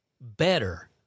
better